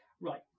right